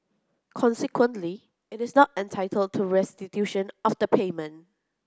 consequently it is not entitled to restitution of the payment